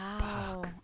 Wow